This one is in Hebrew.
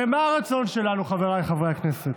הרי מה הרצון שלנו, חבריי חברי הכנסת?